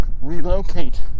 relocate